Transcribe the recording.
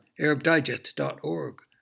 ArabDigest.org